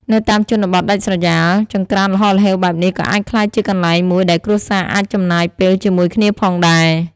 នៅតាមជនបទដាច់ស្រយាល ចង្រ្កានល្ហល្ហេវបែបនេះក៏អាចក្លាយជាកន្លែងមួយដែលគ្រួសារអាចចំណាយពេលជាមួយគ្នាផងដែរ។